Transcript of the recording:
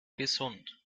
gesund